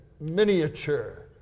miniature